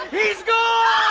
he's gone.